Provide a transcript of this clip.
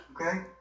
Okay